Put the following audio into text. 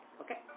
okay